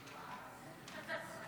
הקודם.